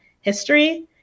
History